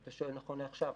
אתה שואל נכון לעכשיו?